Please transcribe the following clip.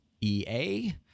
EA